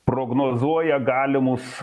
prognozuoja galimus